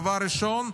דבר ראשון,